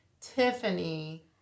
Tiffany